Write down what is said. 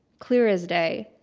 clear as day.